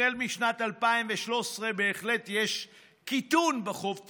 החל משנת 2013 בהחלט יש קיטון בחוב תוצר,